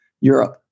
Europe